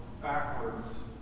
backwards